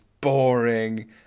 boring